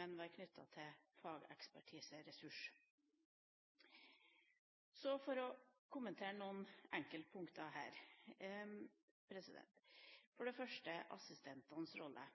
men være knyttet til fagekspertise/ressurs. Så for å kommentere noen enkeltpunkter her. For det første: assistentenes rolle.